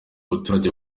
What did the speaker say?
baturage